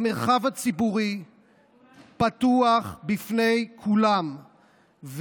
המרחב הציבורי פתוח בפני כולם,